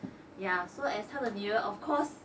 ya so as 他的女儿 of course